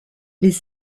les